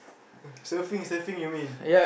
surfing surfing you mean